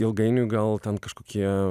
ilgainiui gal ten kažkokie